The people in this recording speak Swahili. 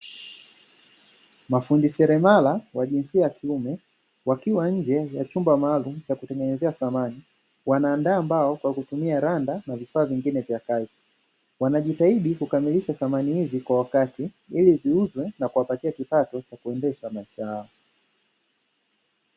Mafundi seremala wa jinsia ya kiume wakiwa nje ya chumba maalum chakutengenezea samani, wanaandaa mbao kwa kutumia randa na vifaa vingine vya kazi wanajitahidi kukamilisha samani hizi kwa wakati ili ziuze na kuwapatia kifaa cha kukuendesha maisha yao.